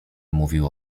mówił